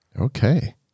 Okay